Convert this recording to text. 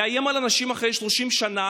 לאיים על אנשים אחרי 30 שנה,